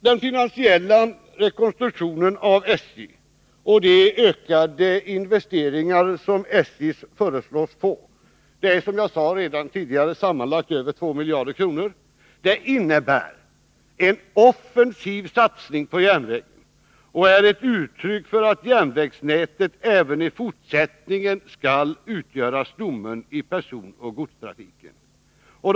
Den finansiella rekonstruktionen av SJ och de ökade investeringar som SJ föreslås få belöper sig på, som jag sade tidigare, sammanlagt över 2 miljarder kronor. Det innebär en offensiv satsning på järnvägen och är ett uttryck för att järnvägsnätet även i fortsättningen skall utgöra stommen i personoch godstrafiken.